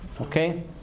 Okay